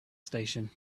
station